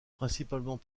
principalement